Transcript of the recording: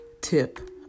tip